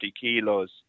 kilos